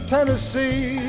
Tennessee